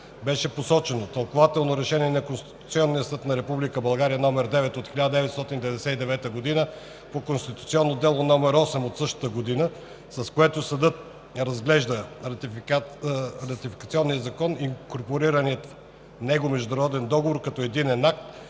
беше посочено тълкувателно решение на Конституционния съд на Република България № 9/1999 г. по Конституционно дело № 8 от същата година, с което съдът разглежда ратификационния закон и инкорпорирания в него международен договор като единен акт,